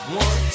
one